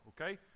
okay